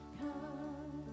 come